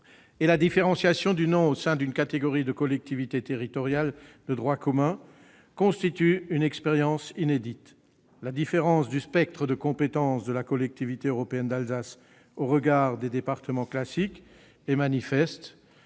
La différenciation du nom au sein d'une catégorie de collectivité territoriale de droit commun constitue une expérience inédite. La différence du spectre de compétences de la Collectivité européenne d'Alsace au regard des départements classiques est manifeste.